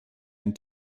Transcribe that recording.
ein